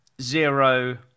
zero